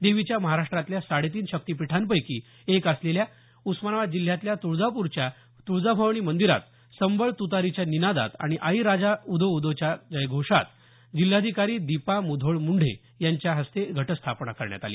देवीच्या महाराष्ट्रातल्या साडेतीन शक्तिपीठांपैकी एक असलेल्या उस्मानाबाद जिल्ह्यातल्या तुळजापूरच्या तुळजाभवानी मंदिरात संबळ तुतारीच्या निनादात आणि आई राजा उदे उदेच्या जयघोषात जिल्हाधिकारी दीपा मुधोळ मुंडे यांच्या हस्ते घटस्थापना करण्यात आली